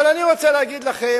אבל אני רוצה להגיד לכם,